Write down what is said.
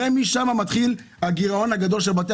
הרי משם מתחילים הגירעון הגדול של בתי